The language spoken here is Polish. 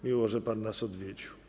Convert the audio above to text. Miło, że pan nas odwiedził.